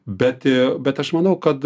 bet bet aš manau kad